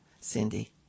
Cindy